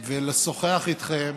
ולשוחח איתכם